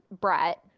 Brett